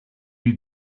you